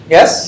Yes